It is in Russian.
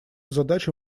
задачу